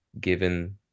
given